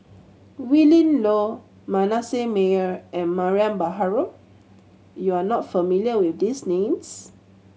Willin Low Manasseh Meyer and Mariam Baharom you are not familiar with these names